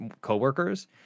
coworkers